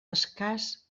escàs